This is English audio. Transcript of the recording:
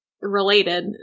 related